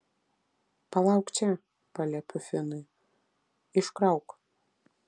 palauk čia paliepiu finui iškrauk